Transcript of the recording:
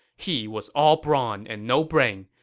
he was all brawn and no brain,